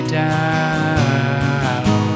down